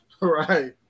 Right